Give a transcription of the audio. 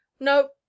no